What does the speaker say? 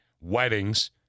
weddings